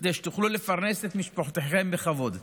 כדי שתוכלו לפרנס את משפחותיכם בכבוד.